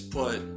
put